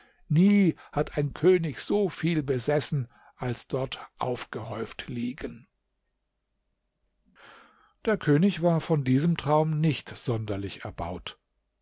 nie hat ein könig so viel besessen als dort aufgehäuft liegen der könig war von diesem traum nicht sonderlich erbaut